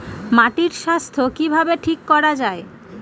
মাটির স্বাস্থ্য কিভাবে ঠিক রাখা যায়?